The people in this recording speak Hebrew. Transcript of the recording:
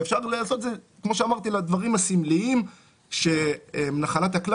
ואפשר לעשות את זה כפי שאמרתי לדברים הסמליים שהם נחלת הכלל